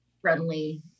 friendly